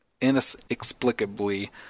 inexplicably